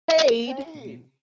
paid